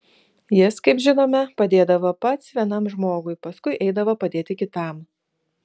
jis kaip žinome padėdavo pats vienam žmogui paskui eidavo padėti kitam